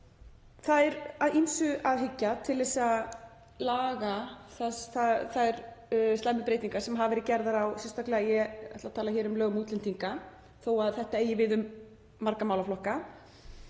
Það er að ýmsu að hyggja til að laga þær slæmu breytingar sem hafa verið gerðar — ég ætla að tala um lög um útlendinga þó að þetta eigi við um marga málaflokka.